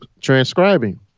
transcribing